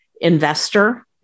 investor